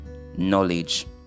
knowledge